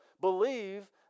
believe